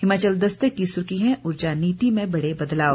हिमाचल दस्तक की सुर्खी है ऊर्जा नीति में बड़े बदलाव